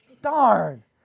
Darn